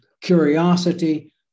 curiosity